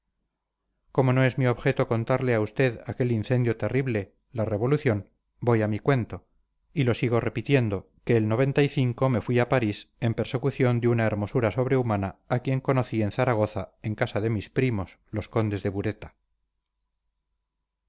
como no es mi objeto contarle a usted aquel incendio terrible la revolución voy a mi cuento y lo sigo repitiendo que el me fui a parís en persecución de una hermosura sobrehumana a quien conocí en zaragoza en casa de mis primos los condes de bureta